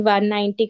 190